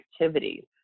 activities